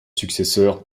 successeur